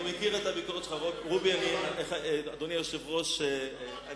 אני מכיר את הביקורת שלך, אדוני יושב-ראש הכנסת.